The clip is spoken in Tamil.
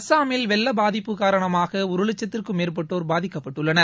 அஸ்ஸாமில் வெள்ளப்பாதிப்பு காரணமாக ஒரு வட்கத்திற்கும் மேற்பட்டோர் பாதிக்கப்பட்டுள்ளனர்